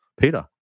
peter